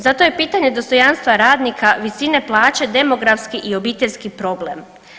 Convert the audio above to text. Zato je pitanje dostojanstva radnika visine plaće demografski i obiteljski problem.